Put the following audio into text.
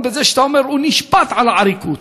בזה שאתה אומר שהוא נשפט על עריקות.